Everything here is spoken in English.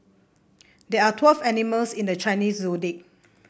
there are twelve animals in the Chinese Zodiac